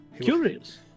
curious